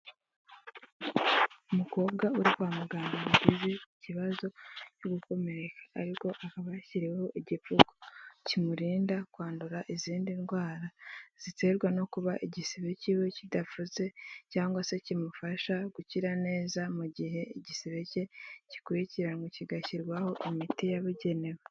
Umukobwa uri kwa muganga wagize ikibazo cyo gukomereka, ariko akaba yashyiriweho igipfuko kimurinda kwandura izindi ndwara ziterwa no kuba igisebe cyiwe kidapfutse, cyangwa se kimufasha gukira neza mu gihe igisebe cye gikurikiranwe kigashyirwaho imiti yabugenewe.